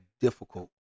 difficult